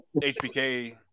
HBK